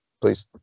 please